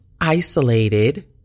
isolated